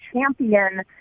champion